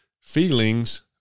feelings